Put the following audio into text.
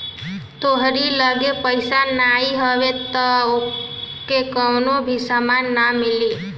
तोहरी लगे पईसा नाइ हवे तअ तोहके कवनो भी सामान नाइ मिली